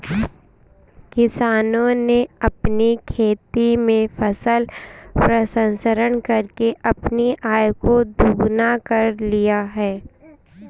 किसानों ने अपनी खेती में फसल प्रसंस्करण करके अपनी आय को दुगना कर लिया है